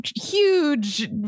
huge